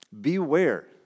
Beware